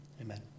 Amen